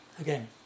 again